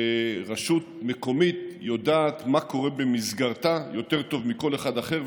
שרשות מקומית יודעת מה קורה במסגרתה יותר טוב מכל אחד אחר,